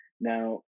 Now